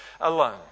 alone